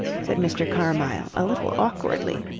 said mr. carmyle a little awkwardly.